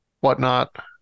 whatnot